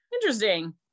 Interesting